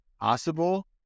possible